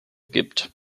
gibt